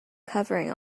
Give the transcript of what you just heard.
covering